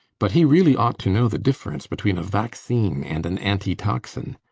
but he really ought to know the difference between a vaccine and an anti-toxin.